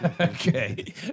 Okay